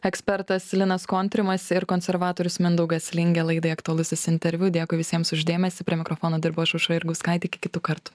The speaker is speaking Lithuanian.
ekspertas linas kontrimas ir konservatorius mindaugas lingė laidai aktualusis interviu dėkui visiems už dėmesį prie mikrofono dirbau aš aušra jurgauskaitė iki kitų kartų